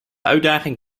uitdaging